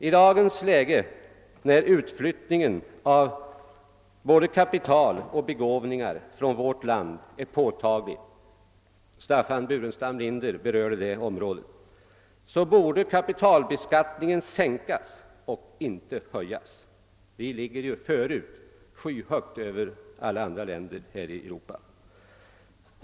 I dagens läge, när utflyttningen av både kapital och begåvningar från vårt land är påtaglig — Staffan Burenstam' Linder berörde den saken — borde kapitalbeskattningen sänkas, och inte höjas. Vi ligger ju förut skyhögt över alla andra länder här i Europa i det avseendet.